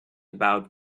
about